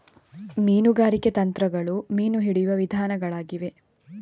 ಮೀನುಗಾರಿಕೆ ತಂತ್ರಗಳು ಮೀನು ಹಿಡಿಯುವ ವಿಧಾನಗಳಾಗಿವೆ